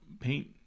paint